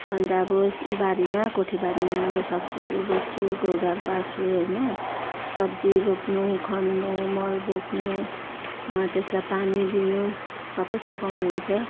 अन्त अब बारीमा कोठेबारीमा अब सब्जीहरू रोप्छु गोडगाड पार्छु होइन सब्जी रोप्नु खन्नु मल बोक्नु त्यसलाई पानी दिनु सबै सघाउनु हुन्छ